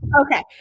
Okay